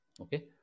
Okay